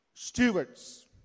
Stewards